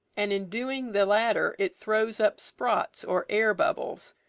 and in doing the latter it throws up sprots, or air-bubbles,